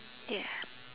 ya